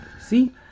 see